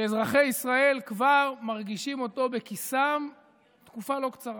שאזרחי ישראל כבר מרגישים אותו בכיסם תקופה לא קצרה.